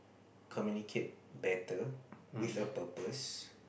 communicate better with a purpose